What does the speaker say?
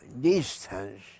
distance